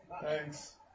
Thanks